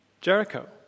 Jericho